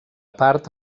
part